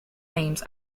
names